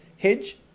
hedge